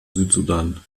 südsudan